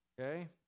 Okay